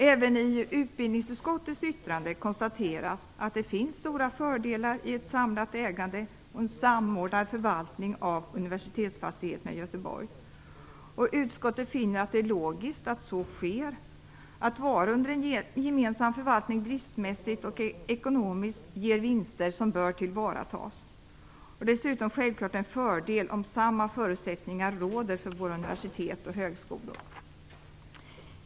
Även i utbildningsutskottets yttrande konstateras att det finns stora fördelar i ett samlat ägande och en samordnad förvaltning av universitetsfastigheterna i Göteborg. Utskottet finner att det är logiskt att så sker. Att vara under en gemensam förvaltning driftsmässigt och ekonomiskt ger vinster som bör tillvaratas. Dessutom är det självfallet en fördel om samma förutsättningar råder för våra universitet och högskolor.